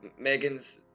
Megan's